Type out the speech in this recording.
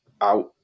out